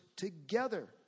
Together